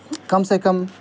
کم سے کم